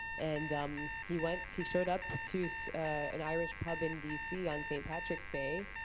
and um he went he showed up to so an irish pub in dc on st. patrick's day.